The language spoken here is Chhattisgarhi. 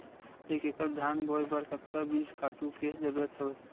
एक एकड़ धान बोय बर कतका बीज खातु के जरूरत हवय?